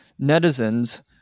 netizens